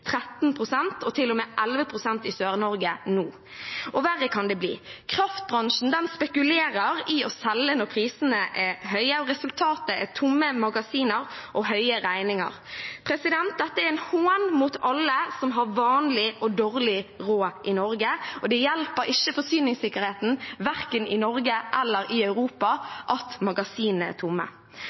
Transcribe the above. og til og med 11 pst. i Sør-Norge nå. Og verre kan det bli. Kraftbransjen spekulerer i å selge når prisene er høye, og resultatet er tomme magasiner og høye regninger. Dette er en hån mot alle som har vanlig og dårlig råd i Norge, og det hjelper ikke forsyningssikkerheten verken i Norge eller i Europa at